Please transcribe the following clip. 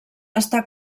està